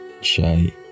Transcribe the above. shy